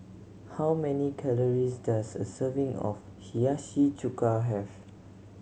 how many calories does a serving of Hiyashi Chuka have